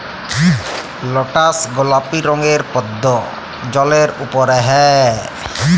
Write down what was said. lotus গলাপি রঙের পদ্দ জালের উপরে হ্যয়